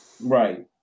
Right